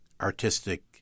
artistic